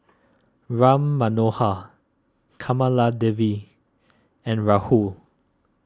Ram Manohar Kamaladevi and Rahul